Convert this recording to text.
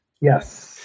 Yes